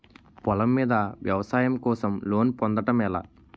పొలం మీద వ్యవసాయం కోసం లోన్ పొందటం ఎలా?